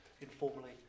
informally